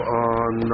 on